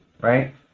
right